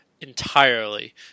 entirely